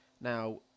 Now